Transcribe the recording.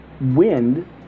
Wind